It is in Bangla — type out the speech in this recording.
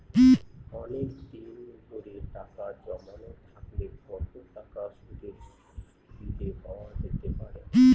অনেকদিন ধরে টাকা জমানো থাকলে কতটা সুদের সুবিধে পাওয়া যেতে পারে?